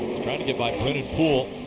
trying to get by brendan poole.